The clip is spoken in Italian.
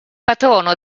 patrono